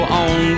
on